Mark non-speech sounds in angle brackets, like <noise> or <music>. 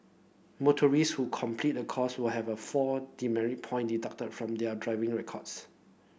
motorist who complete the course will have a four <unintelligible> point deducted from their driving records